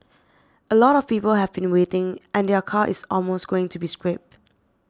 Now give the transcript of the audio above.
a lot of people have been waiting and their car is almost going to be scrapped